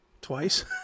Twice